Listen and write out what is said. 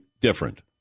different